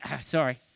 Sorry